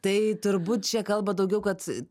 tai turbūt čia kalbat daugiau kad